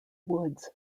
woods